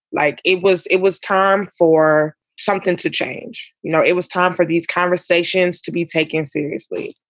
like it was it was time for something to change. you know, it was time for these conversations to be taken seriously.